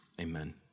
Amen